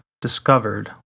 discovered